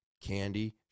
Candy